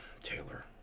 Taylor